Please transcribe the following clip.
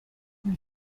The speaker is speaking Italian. nel